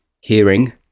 hearing